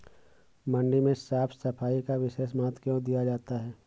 मंडी में साफ सफाई का विशेष महत्व क्यो दिया जाता है?